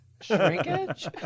Shrinkage